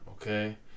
Okay